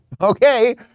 Okay